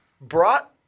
brought